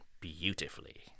beautifully